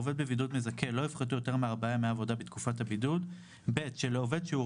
במקום "עובד השוהה בבידוד ושולמו" יבוא "עובד ששולמו"